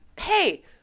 hey